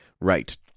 Right